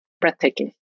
breathtaking